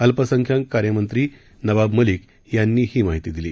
अल्पसंख्यांक कार्यमंत्री नवाब मलिक यांनी ही माहिती दिली